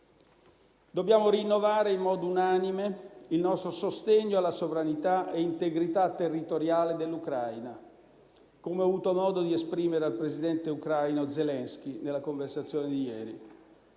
Dobbiamo rinnovare in modo unanime il nostro sostegno alla sovranità e integrità territoriale dell'Ucraina, come ho avuto modo di esprimere al presidente ucraino Zelensky nella conversazione di ieri.